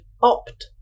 opt